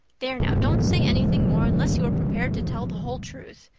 there now, don't say anything more unless you are prepared to tell the whole truth.